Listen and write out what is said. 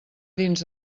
dins